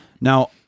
Now